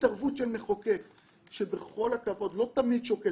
התערבות של מחוקק שבכל הכבוד לא תמיד שוקל